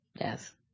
Yes